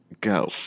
go